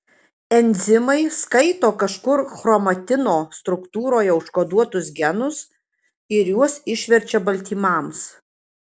enzimai skaito kažkur chromatino struktūroje užkoduotus genus ir juos išverčia baltymams